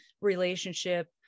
relationship